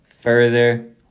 further